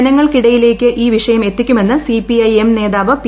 ജനങ്ങൾക്കിടയിലേക്ക് ഈ വിഷയംഎത്തിക്കുമെന്ന്സിപിഐഎം നേതാവ് പി